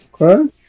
Okay